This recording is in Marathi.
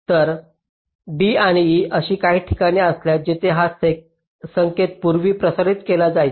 तर जर d आणि e अशी काही ठिकाणे असल्यास जिथे हा संकेत पूर्वी प्रसारित केला जायचा